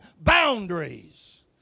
boundaries